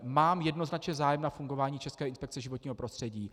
Mám jednoznačně zájem na fungování České inspekce životního prostředí.